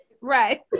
Right